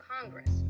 Congress